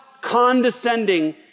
condescending